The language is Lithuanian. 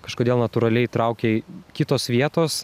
kažkodėl natūraliai traukė kitos vietos